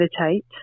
meditate